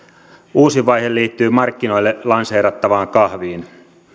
uusin vaihe liittyy markkinoille lanseerattavaan kahviin